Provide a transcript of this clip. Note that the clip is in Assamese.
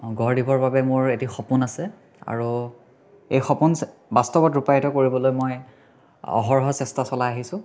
গঢ় দিবৰ বাবে মোৰ এটি সপোন আছে আৰু এই সপোন বাস্তৱত ৰূপায়িত কৰিবলৈ মই অহৰহ চেষ্টা চলাই আহিছোঁ